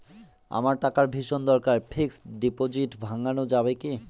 আমার টাকার ভীষণ দরকার ফিক্সট ডিপোজিট ভাঙ্গানো যাবে কি?